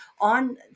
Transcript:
on